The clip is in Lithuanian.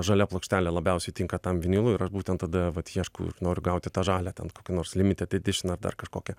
žalia plokštelė labiausiai tinka tam vinilui ir aš būtent tada vat ieškau ir noriu gauti tą žalią ten kokį nors limited edition ar dar kažkokį